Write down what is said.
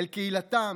אל קהילתם,